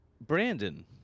Brandon